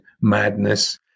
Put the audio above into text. madness